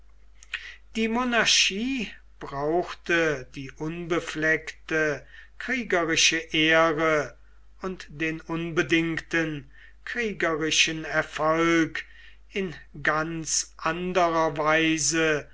die monarchie brauchte die unbefleckte kriegerische ehre und den unbedingten kriegerischen erfolg in ganz anderer weise